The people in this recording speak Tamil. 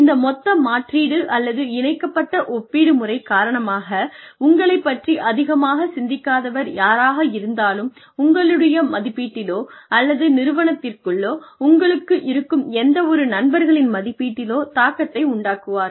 இந்த மொத்த மாற்றீடு அல்லது இணைக்கப்பட்ட ஒப்பீட்டு முறை காரணமாக உங்களைப் பற்றி அதிகமாகச் சிந்திக்காதவர் யாராக இருந்தாலும் உங்களுடைய மதிப்பீட்டிலோ அல்லது நிறுவனத்திற்குள் உங்களுக்கு இருக்கும் எந்தவொரு நண்பர்களின் மதிப்பீட்டிலோ தாக்கத்தை உண்டாக்குவார்கள்